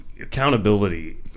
accountability